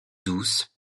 douce